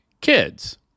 kids